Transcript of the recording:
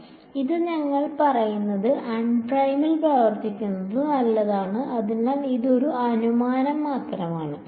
അതിനാൽ ഇത് ഞങ്ങൾ പറയുന്നത് അൺപ്രൈമിൽ പ്രവർത്തിക്കുന്നത് നല്ലതാണ് അതിനാൽ ഇത് ഒരു അനുമാനം മാത്രമാണ്